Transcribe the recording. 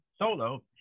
Solo